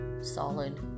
solid